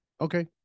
Okay